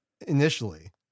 initially